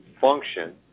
function